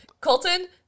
Colton